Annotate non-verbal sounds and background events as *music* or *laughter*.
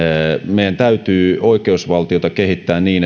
meidän täytyy oikeusvaltiota kehittää niin *unintelligible*